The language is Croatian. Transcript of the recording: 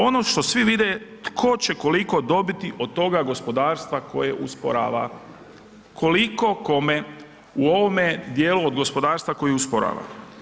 Ono što svi vide je tko će koliko dobiti od toga gospodarstva koje usporava, koliko kome u ovome dijelu od gospodarstva koje usporava.